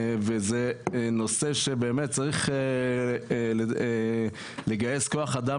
וזה נושא שבאמת צריך לגייס כוח אדם